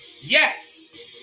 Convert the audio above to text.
Yes